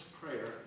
prayer